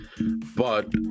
but-